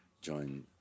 join